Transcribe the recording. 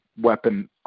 weapon